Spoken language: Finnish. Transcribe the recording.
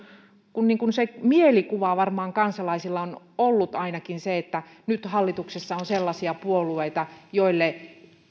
kun ainakin se mielikuva varmaan kansalaisilla on ollut se että nyt hallituksessa on sellaisia puolueita joille